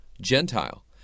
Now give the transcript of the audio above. Gentile